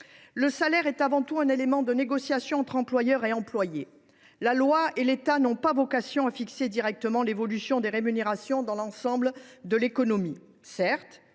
Le salaire est avant tout un élément de négociation entre employeurs et employés. La loi et l’État n’ont pas vocation à fixer directement l’évolution des rémunérations dans l’ensemble de l’économie. Certes,